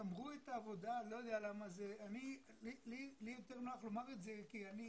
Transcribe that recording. גמרו את העבודה ואני לא יודע למה זה לי יותר נוח לומר את זה כי אני